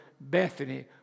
Bethany